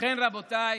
לכן, רבותיי,